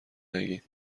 نگین